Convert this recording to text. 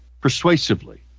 persuasively